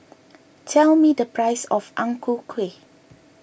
tell me the price of Ang Ku Kueh